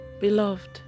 Beloved